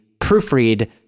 proofread